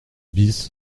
bis